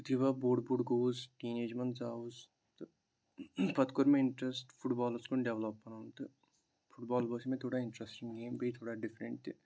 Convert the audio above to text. پَتہٕ یُتھٕے بہٕ بوٚڈ بوٚڈ گووَس ٹیٖن ایٚج منٛز ژاوُس تہٕ پَتہٕ کوٚر مےٚ اِنٹرٛسٹ فُٹ بالَس کُن ڈیولپ پَنُن تہٕ فُٹ بال باسیٚو مےٚ تھوڑا اِنٹرٛسٹِنٛگ گیم بیٚیہِ تھوڑا ڈِفرنٛٹ تہِ